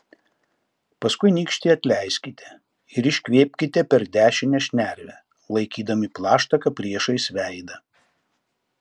paskui nykštį atleiskite ir iškvėpkite per dešinę šnervę laikydami plaštaką priešais veidą